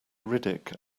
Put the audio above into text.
riddick